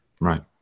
Right